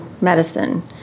Medicine